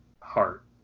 heart